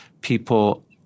people